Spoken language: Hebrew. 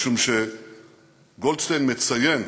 משום שגולדשטיין מציין,